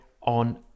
on